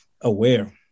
aware